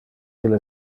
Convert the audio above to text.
ille